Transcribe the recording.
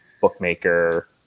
Bookmaker